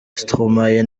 stromae